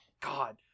God